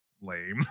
Lame